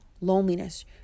loneliness